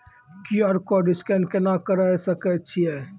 QR code scan केना करै सकय छियै?